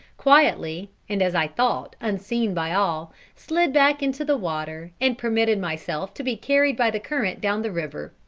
quietly, and, as i thought, unseen by all, slid back into the water, and permitted myself to be carried by the current down the river.